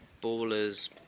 Ballers